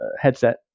headset